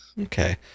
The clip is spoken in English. Okay